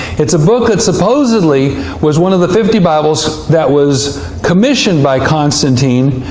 it's a book that supposedly was one of the fifty bibles that was commissioned by constantine,